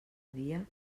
dia